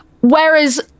Whereas